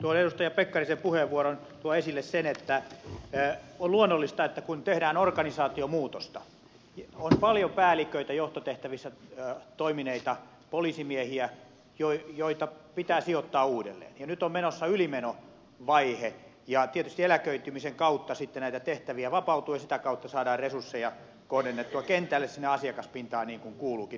tuohon edustaja pekkarisen puheenvuoroon liittyen tuon esille sen että on luonnollista että kun tehdään organisaatiomuutosta on paljon päälliköitä johtotehtävissä toimineita poliisimiehiä joita pitää sijoittaa uudelleen ja nyt on menossa ylimenovaihe ja tietysti eläköitymisen kautta sitten näitä tehtäviä vapautuu ja sitä kautta saadaan resursseja kohdennettua kentälle sinne asiakaspintaan niin kuin kuuluukin